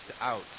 out